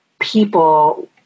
people